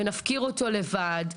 ונפקיר אותו לבד.